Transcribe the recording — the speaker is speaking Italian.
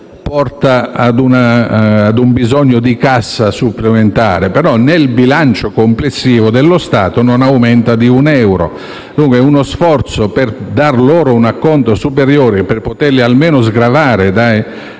porta a un bisogno di cassa supplementare, però il bilancio complessivo dello Stato non aumenta di un euro. Dunque, uno sforzo per dare loro un acconto superiore, per poterli almeno sgravare dai